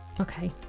Okay